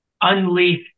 unleashed